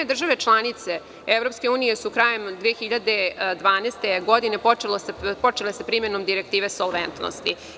Države članice EU su krajem 2012. godine počele sa primenom Direktive solventosti.